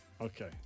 Okay